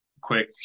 quick